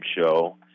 show